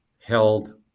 held